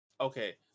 Okay